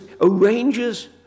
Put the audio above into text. arranges